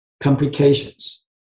complications